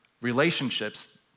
relationships